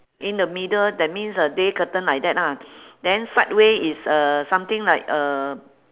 in the middle that means uh day curtain like that lah then side way is uh something like uh